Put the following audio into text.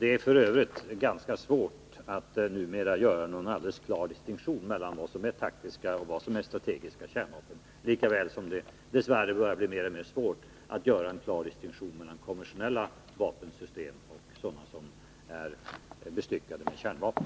Det är f. ö. numera ganska svårt att göra någon alldeles klar distinktion mellan vad som är taktiska och vad som är strategiska kärnvapen, lika väl som det dess värre börjar bli mer och mer svårt att göra en klar distinktion mellan konventionella vapensystem och sådana som innehåller kärnvapen.